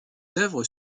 œuvres